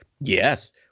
yes